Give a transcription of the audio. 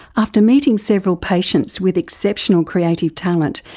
after meeting several patients with exceptional creative talent,